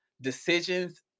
decisions